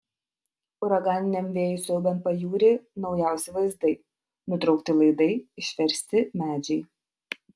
uraganiniam vėjui siaubiant pajūrį naujausi vaizdai nutraukti laidai išversti medžiai